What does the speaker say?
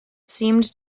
seemed